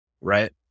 right